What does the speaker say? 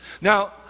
Now